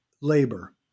labor